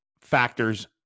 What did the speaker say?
factors